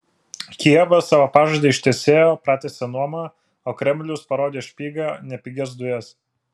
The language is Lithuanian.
kijevas savo pažadą ištesėjo pratęsė nuomą o kremlius parodė špygą ne pigias dujas